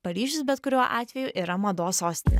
paryžius bet kuriuo atveju yra mados sostinė